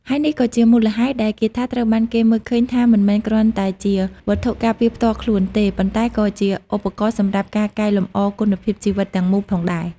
ហើយនេះក៏ជាមូលហេតុ ដែលគាថាត្រូវបានគេមើលឃើញថាមិនមែនគ្រាន់តែជាវត្ថុការពារផ្ទាល់ខ្លួនទេ ប៉ុន្តែក៏ជាឧបករណ៍សម្រាប់ការកែលម្អគុណភាពជីវិតទាំងមូលផងដែរ។